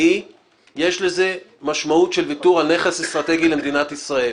יש לזה משמעות של ויתור על נכס אסטרטגי למדינת ישראל.